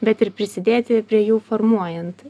bet ir prisidėti prie jų formuojant